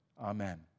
Amen